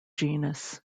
genus